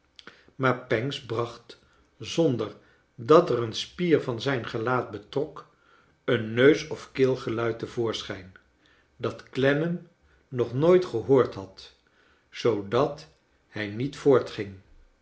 maar pancks bracht zonder dat er een spier van zrjn gelaat betrok een neus of keelgeluid te voorschijn dat clennam nog nooit gehoord had zoodat hij niet